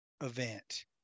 event